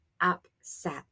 upset